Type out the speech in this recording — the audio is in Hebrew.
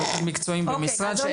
המקצועיים במשרד.